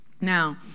Now